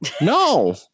No